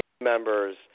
members